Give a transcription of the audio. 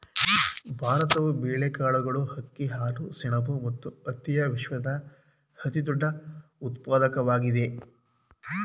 ಭಾರತವು ಬೇಳೆಕಾಳುಗಳು, ಅಕ್ಕಿ, ಹಾಲು, ಸೆಣಬು ಮತ್ತು ಹತ್ತಿಯ ವಿಶ್ವದ ಅತಿದೊಡ್ಡ ಉತ್ಪಾದಕವಾಗಿದೆ